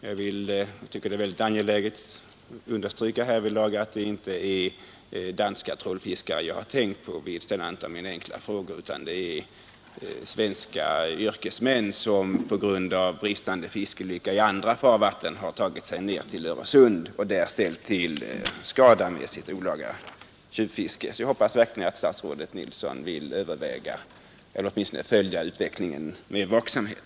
Jag tycker det är angeläget att härvidlag understryka, att det inte är danska trålfiskare jag tänkt på när jag ställde min enkla fråga. Det är svenska yrkesmän, som på grund av bristande fiskelycka i andra farvatten har tagit sig ned till Öresund och där ställt till med skada genom sitt tjuvfiske. Jag hoppas verkligen att statsrådet Nilsson vill överväga åtgärder eller åtminstone följa utvecklingen med vaksamhet.